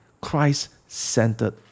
Christ-centered